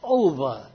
over